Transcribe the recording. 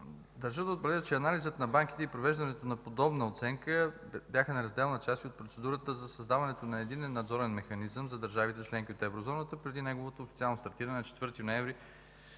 Държа да отбележа, че анализът на банките и привеждането на подобна оценка бяха неразделна част от процедурата за създаването на единен надзорен механизъм за държавите членки от Еврозоната преди неговото официално стартиране на 4 ноември